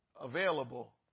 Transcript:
available